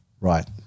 right